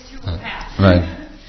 Right